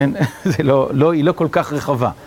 זה לא, היא לא כל כך רחובה.